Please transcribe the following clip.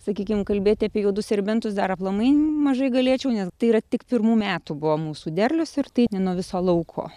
sakykim kalbėti apie juodus serbentus dar aplamai mažai galėčiau nes tai yra tik pirmų metų buvo mūsų derlius ir tai ne nuo viso lauko